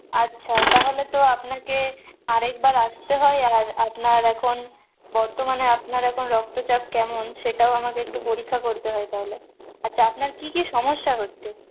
আচ্ছা তাহলে তো আপনাকে আরেকবার আসতে হয় আর আপনার এখন বর্তমানে আপনার এখন রক্তচাপ কেমন সেটাও আমাকে একটু পরীক্ষা করতে হয় তাহলে আচ্ছা আপনার কী কী সমস্যা হচ্ছে